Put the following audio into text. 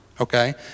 okay